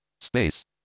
Space